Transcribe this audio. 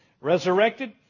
resurrected